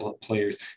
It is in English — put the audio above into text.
players